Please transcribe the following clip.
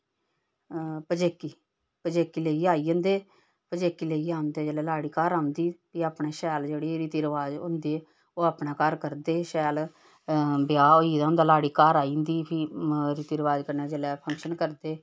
पजेकी पजेकी लेइयै आई जंदे पजेकी लेइयै औंदे जेल्लै लाड़ी घर औंदी भी अपनै शैल जेह्ड़ी रीति रवाज होंदे ओह् अपनै घर करदे शैल ब्याह् होई गेदा होंदा लाड़ी घर आई जंदी फ्ही रिती रवाज कन्नै जेल्लै फंक्शन करदे